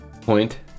point